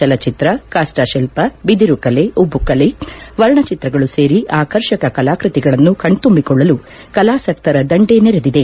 ಜಲಚಿತ್ರ ಕಾಸ್ಷ ಶಿಲ್ಪ ಬದಿರು ಕಲೆ ಉಬ್ಬು ಕಲೆ ವರ್ಣ ಚಿತ್ರಗಳು ಸೇರಿ ಆಕರ್ಷಕ ಕಲಾಕೃತಿಗಳನ್ನು ಕಣ್ತುಂಬಿಕೊಳ್ಳಲು ಕಲಾಸಕ್ತರ ದಂಡೇ ನೆರೆದಿದೆ